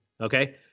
Okay